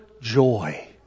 joy